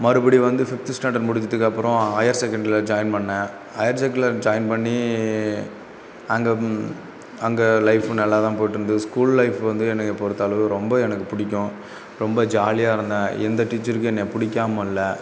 மறுபடி வந்து fifth standard முடித்ததுக்கு அப்புறம் ஹயர் செகன்டரியில் ஜாயின் பண்ணிணேன் ஹயர் செக்குல ஜாயின் பண்ணி அங்கே அங்கே லைஃப் நல்லாதான் போயிட்டுருந்தது ஸ்கூல் லைஃப் வந்து என்னைய பொருத்தளவு ரொம்ப எனக்கு பிடிக்கும் ரொம்ப ஜாலியாக இருந்தேன் எந்த டீச்சருக்கும் என்னை பிடிக்காமல்ல